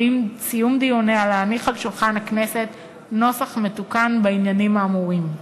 ועם סיום דיוניה להניח על שולחן הכנסת נוסח מתוקן בעניינים האמורים.